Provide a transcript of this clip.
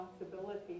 responsibility